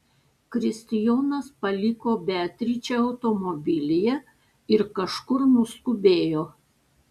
kristijonas paliko beatričę automobilyje ir kažkur nuskubėjo